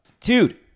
dude